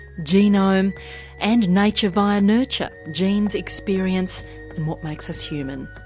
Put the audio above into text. genome and nature via nurture genes, experience and what makes us human.